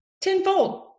tenfold